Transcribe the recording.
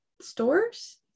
stores